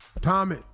Tommy